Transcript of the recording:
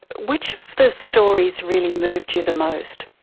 which of the stories really moved you the most?